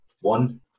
one